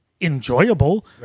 Enjoyable